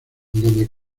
donde